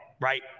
right